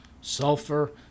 Sulfur